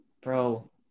Bro